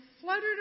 fluttered